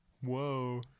whoa